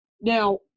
Now